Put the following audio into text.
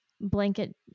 blanket